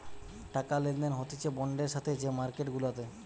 টাকা লেনদেন হতিছে বন্ডের সাথে যে মার্কেট গুলাতে